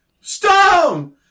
Stone